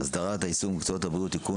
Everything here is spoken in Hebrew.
הסדרת העיסוק במקצועות הבריאות (תיקון